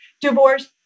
divorce